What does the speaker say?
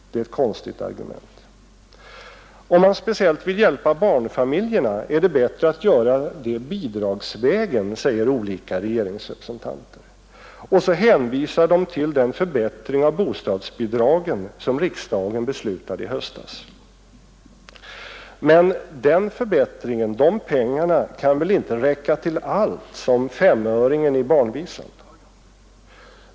Det är ett konstigt argument. Om man speciellt vill hjälpa barnfamiljerna är det bättre att göra det bidragsvägen, säger olika regeringsrepresentanter. Och så hänvisar de till den förbättring av bostadsbidragen som riksdagen beslutade i höstas. Men den förbättringen, de pengarna, kan väl inte räcka till allt på samma sätt som femöringen i barnvisan?